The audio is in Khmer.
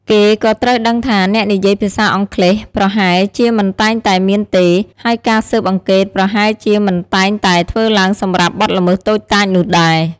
គេក៏ត្រូវដឹងថាអ្នកនិយាយភាសាអង់គ្លេសប្រហែលជាមិនតែងតែមានទេ ហើយការស៊ើបអង្កេតប្រហែលជាមិនតែងតែធ្វើឡើងសម្រាប់បទល្មើសតូចតាចនោះដែរ។